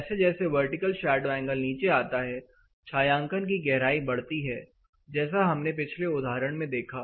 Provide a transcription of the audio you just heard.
जैसे जैसे vertical shadow angle नीचे आता है छायांकन की गहराई बढ़ती है जैसा हमने पिछले उदाहरण में देखा